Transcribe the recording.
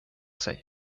sig